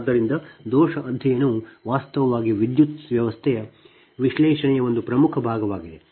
ಆದ್ದರಿಂದ ದೋಷ ಅಧ್ಯಯನವು ವಾಸ್ತವವಾಗಿ ವಿದ್ಯುತ್ ವ್ಯವಸ್ಥೆಯ ವಿಶ್ಲೇಷಣೆಯ ಒಂದು ಪ್ರಮುಖ ಭಾಗವಾಗಿದೆ